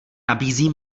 nabízí